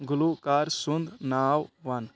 گُلوکار سُنٛد ناو وَن